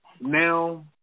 now